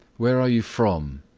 where are you from?